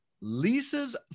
Lisa's